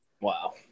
Wow